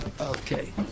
Okay